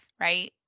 right